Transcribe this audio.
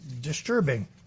disturbing